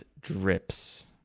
drips